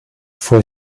fue